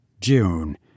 June